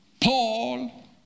Paul